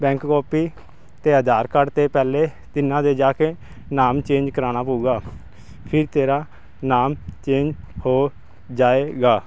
bank copy ਅਤੇ Aadhaar card 'ਤੇ ਪਹਿਲੇ ਤਿੰਨਾਂ ਦੇ ਜਾ ਕੇ ਨਾਮ ਚੇਂਜ ਕਰਾਉਣਾ ਪਊਗਾ ਫਿਰ ਤੇਰਾ ਨਾਮ ਚੇਂਜ ਹੋ ਜਾਏਗਾ